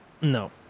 no